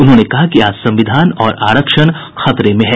उन्होंने कहा कि आज संविधान और आरक्षण खतरे में हैं